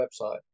website